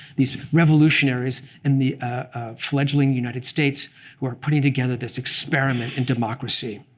these revolutionaries in the fledgling united states were putting together this experiment in democracy.